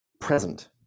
present